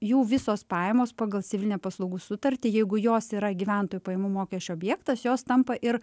jų visos pajamos pagal civilinę paslaugų sutartį jeigu jos yra gyventojų pajamų mokesčio objektas jos tampa ir